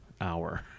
hour